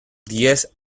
diez